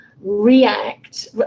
react